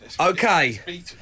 Okay